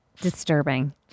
disturbing